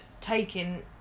taking